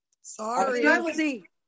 Sorry